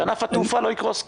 שענף התעופה לא יקרוס כאן.